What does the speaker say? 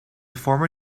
former